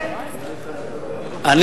תודה רבה,